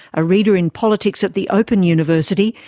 a reader in politics at the open university,